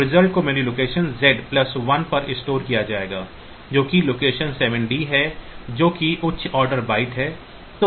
और रिजल्ट को memory location Z plus 1 पर स्टोर किया जाएगा जो कि लोकेशन 7 D है जो कि उच्च ऑर्डर बाइट है